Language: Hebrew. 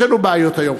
יש לנו בעיות היום,